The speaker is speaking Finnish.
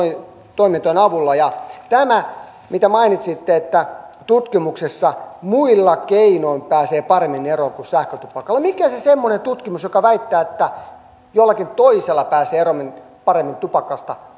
toimintojen avulla tämä mitä mainitsitte että tutkimuksissa muilla keinoin pääsee paremmin eroon kuin sähkötupakalla mikä se semmoinen tutkimus on joka väittää että jollakin toisella pääsee paremmin tupakasta